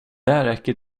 räcker